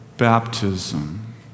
baptism